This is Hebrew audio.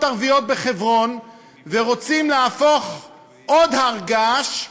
ערביות בחברון ורוצים להפוך עוד הר געש,